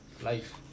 life